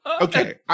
okay